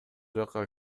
жакка